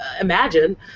imagine